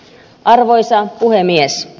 arvoisa puhemies